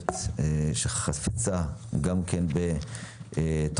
מערכת שחפצה בהוזלת המוצרים ובהורדת